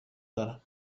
دارم